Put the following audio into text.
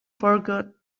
forgot